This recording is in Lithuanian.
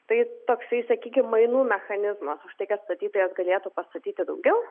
tai toksai sakykim mainų mechanizmas už tai kad statytojas galėtų pastatyti daugiau